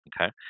Okay